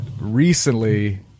recently